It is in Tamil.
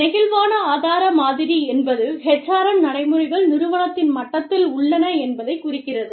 நெகிழ்வான ஆதார மாதிரி என்பது HRM நடைமுறைகள் நிறுவனத்தின் மட்டத்தில் உள்ளன என்பதை குறிக்கிறது